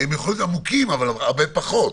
אבל הרבה פחות.